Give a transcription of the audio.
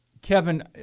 Kevin